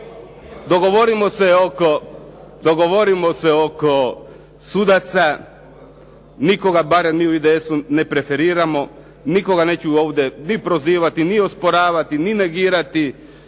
Beusa. Dogovorimo se oko sudaca, nikoga barem mi u IDS-u ne preferiramo, nikoga neću ovdje ni prozivati, ni osporavati, ni negirati.